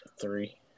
Three